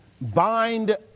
bind